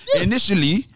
Initially